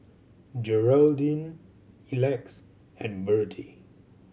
Geraldine Elex and Berdie